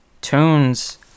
Tunes